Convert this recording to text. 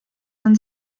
man